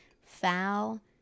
Foul